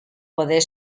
poder